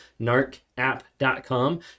narcapp.com